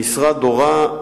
המשרד הורה,